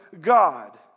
God